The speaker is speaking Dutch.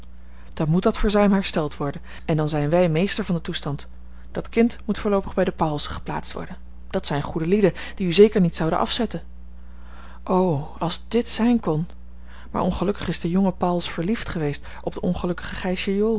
dan moet dat verzuim hersteld worden en dan zijn wij meester van den toestand dat kind moet voorloopig bij de pauwelsen geplaatst worden dat zijn goede lieden die u zeker niet zouden afzetten o als dit zijn kon maar ongelukkig is de jonge pauwels verliefd geweest op de ongelukkige gijsje jool